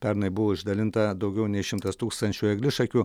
pernai buvo išdalinta daugiau nei šimtas tūkstančių eglišakių